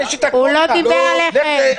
הוא לא דיבר עליכם.